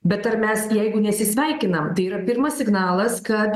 bet ar mes jeigu nesisveikinam tai yra pirmas signalas kad